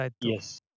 Yes